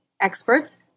Experts